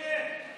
שקט.